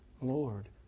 Lord